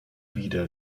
wieder